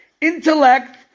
intellect